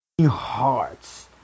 hearts